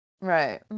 Right